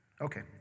Okay